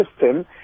system